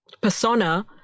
persona